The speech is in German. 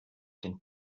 den